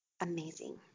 amazing